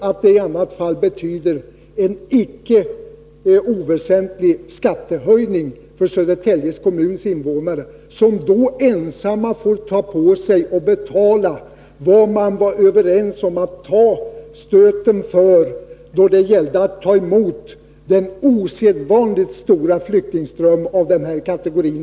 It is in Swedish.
I annat fall blir det en icke oväsentlig skattehöjning för Södertälje kommuns invånare, som då ensamma får betala vad man var överens om att gemensamt ta stöten för då det gällde att ta emot den osedvanligt stora flyktingström som kom.